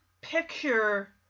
picture